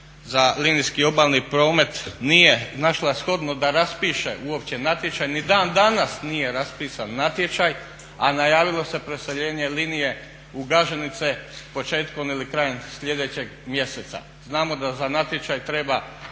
za linijski obalni promet nije našla shodno da raspiše uopće natječaj, ni dan danas nije raspisan natječaj, a najavilo se preseljenje linije u Gaženice početkom ili krajem sljedećeg mjeseca. Znamo da za natječaj treba